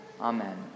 Amen